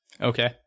Okay